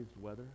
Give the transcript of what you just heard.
weather